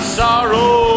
sorrow